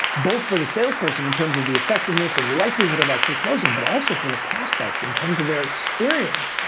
both for the sales person in terms of the effectiveness and likelihood of actually closing, but also for the prospect in terms of their experience.